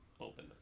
Open